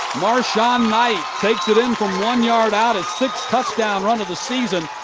marson-knight takes it in from one yard out. ah sixth touchdown run of the season.